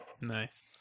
Nice